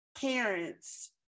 parents